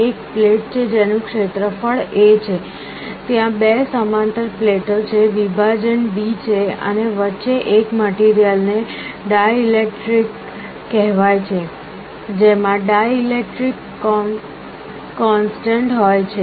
એક પ્લેટ છે જેનું ક્ષેત્રફળ A છે ત્યાં બે સમાંતર પ્લેટો છે વિભાજન d છે અને વચ્ચે એક મટીરીઅલને ડાઇઇલેકટ્રીક કહેવાય છે જેમાં ડાઇઇલેકટ્રીક કૉન્સ્ટન્ટ હોય છે